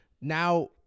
now